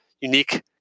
unique